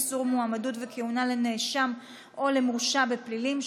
איסור מועמדות וכהונה לנאשם או למורשע בפלילים),